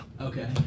okay